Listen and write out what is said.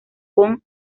con